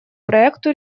проекту